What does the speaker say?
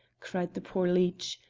cried the poor leech.